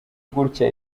gutya